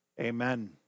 Amen